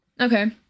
Okay